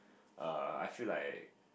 err I feel like